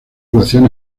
ecuación